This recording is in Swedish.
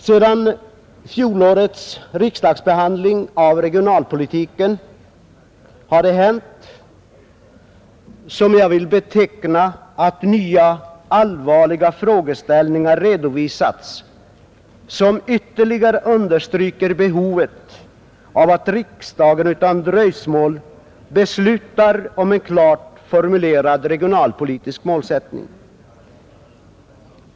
Sedan fjolårets riksdagsbehandling av regionalpolitiken har nya allvarliga frågeställningar redovisats, som ytterligare understryker behovet av att riksdagen utan dröjsmål beslutar om en klart formulerad regionalpolitisk målsättning.